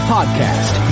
Podcast